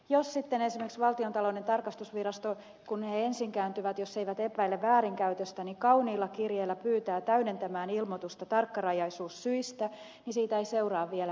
jos sitten esimerkiksi valtiontalouden tarkastusvirasto ensin jos ei epäile väärinkäytöstä kauniilla kirjeellä pyytää täydentämään ilmoitusta tarkkarajaisuussyistä niin siitä ei seuraa vielä mitään